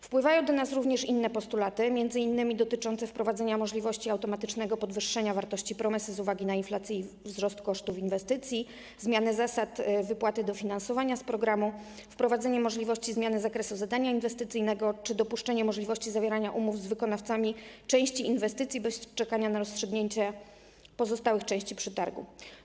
Wpływają do nas również inne postulaty, m.in. o: wprowadzenie możliwości automatycznego podwyższenia wartości promesy z uwagi na inflację i wzrost kosztów inwestycji; zmianę zasad wypłaty dofinansowania z programu; wprowadzenie możliwości zmiany zakresu zadania inwestycyjnego; dopuszczenie możliwości zawierania umów z wykonawcami części inwestycji bez czekania na rozstrzygnięcie pozostałych części przetargu.